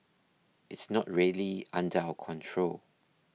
it's not really under our control